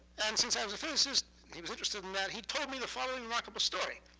and since i was a physicist, and he was interested in that, he told me the following remarkable story.